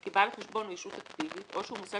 כי בעל החשבון הוא ישות אקטיבית או שהוא מוסד